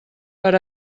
per